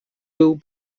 był